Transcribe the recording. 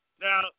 Now